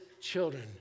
children